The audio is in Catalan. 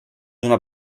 una